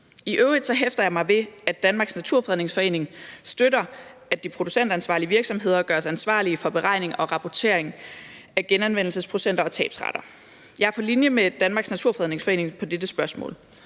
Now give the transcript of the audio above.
I øvrigt hæfter jeg mig ved, at Danmarks Naturfredningsforening støtter, at de producentansvarlige virksomheder gøres ansvarlige for beregning og rapportering af genanvendelsesprocenter og tabsrater. Jeg er på linje med Danmarks Naturfredningsforening på dette spørgsmål,